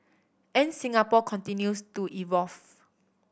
and Singapore continues to evolve